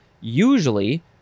usually